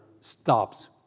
stops